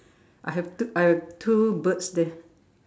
I have two I have two birds there